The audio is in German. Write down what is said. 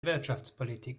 wirtschaftspolitik